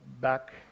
back